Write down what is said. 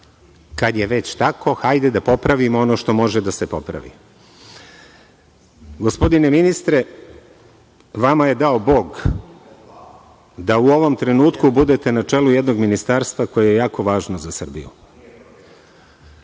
kad je već tako, hajde da popravimo ono što može da se popravi. Gospodine ministre, vama je dao Bog da u ovom trenutku budete na čelu jednog Ministarstva koje je jako važno za Srbiju.